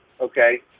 okay